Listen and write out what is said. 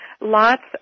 lots